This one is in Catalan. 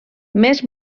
més